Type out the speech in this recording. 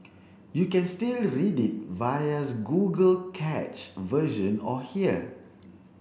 you can still read it vias Google cached version or here